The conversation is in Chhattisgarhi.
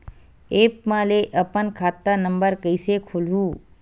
एप्प म ले अपन खाता नम्बर कइसे खोलहु?